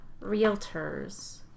realtors